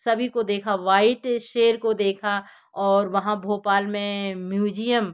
सभी को देखा वाइट शेर को देखा और वहाँ भोपाल में म्यूज़ियम